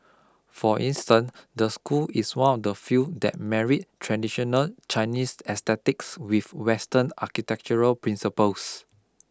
for instance the school is one of the few that married traditional Chinese aesthetics with Western architectural principles